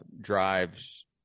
drives